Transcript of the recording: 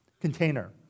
container